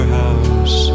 house